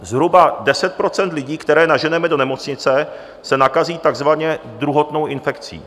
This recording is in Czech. Zhruba 10 % lidí, které naženeme do nemocnice, se nakazí takzvaně druhotnou infekcí.